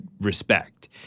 respect